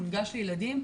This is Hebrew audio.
מונגש לילדים,